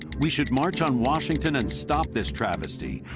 we should march on washington and stop this travesty.